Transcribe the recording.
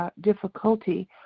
difficulty